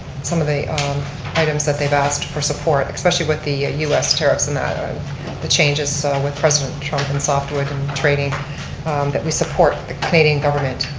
some of the items that they've asked for support, especially with the us tariffs and that um the changes with president trump and softwood and trading that we support, the canadian government,